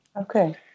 okay